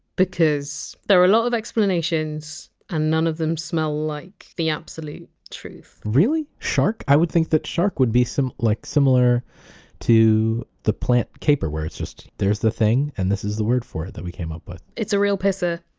because there are a lot of explanations, and none of them smell like the absolute truth. really! shark? i would think that! shark! would be like similar to the plant! caper, where it's just, there's the thing, and this is the word for it that we came up with. it's a real pisser.